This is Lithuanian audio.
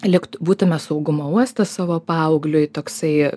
lyg būtume saugumo uostas savo paaugliui toksai